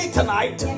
tonight